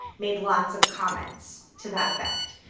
made lots of comments to that effect.